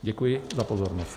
Děkuji za pozornost.